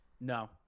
no